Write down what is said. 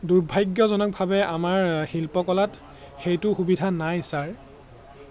দুৰ্ভাগ্যজনকভাৱে আমাৰ শিল্পকলাত সেইটো সুবিধা নাই ছাৰ